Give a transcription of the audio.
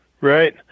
Right